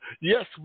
Yes